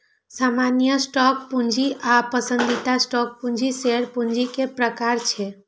सामान्य स्टॉक पूंजी आ पसंदीदा स्टॉक पूंजी शेयर पूंजी के प्रकार छियै